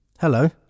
Hello